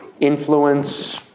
influence